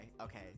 okay